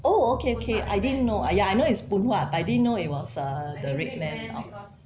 oh okay okay I didn't know I ya I know it's Phoon Huat I didn't know it was err the RedMan